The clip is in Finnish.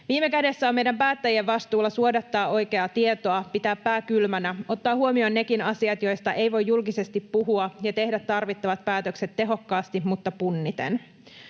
Viime kädessä on meidän päättäjien vastuulla suodattaa oikeaa tietoa, pitää pää kylmänä, ottaa huomioon nekin asiat, joista ei voi julkisesti puhua, ja tehdä tarvittavat päätökset tehokkaasti mutta punniten.